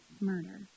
murder